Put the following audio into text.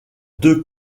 deux